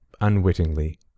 unwittingly